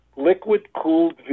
liquid-cooled